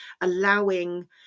allowing